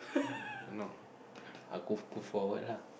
err no I'll go go forward lah